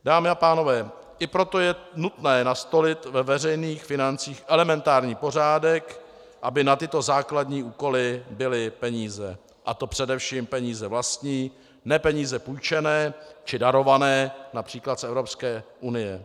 Dámy a pánové, i proto je nutné nastolit ve veřejných financích elementární pořádek, aby na tyto základní úkoly byly peníze, a to především peníze vlastní, ne peníze půjčené či darované např. z Evropské unie.